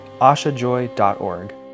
ashajoy.org